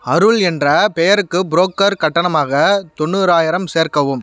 அருள் என்ற பெயருக்கு புரோக்கர் கட்டணமாக தொண்ணூறாயிரம் சேர்க்கவும்